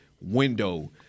window